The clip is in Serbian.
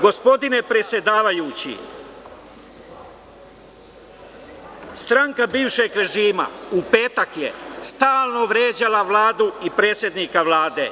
Gospodine predsedavajući, stranka bivšeg režima u petak je stalno vređala Vladu i predsednika Vlade.